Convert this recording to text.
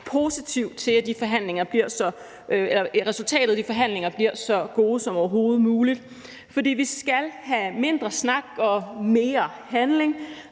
positivt til, at resultatet af de forhandlinger bliver så godt som overhovedet muligt. For vi skal have mindre snak og mere handling,